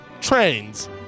Trains